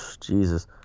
Jesus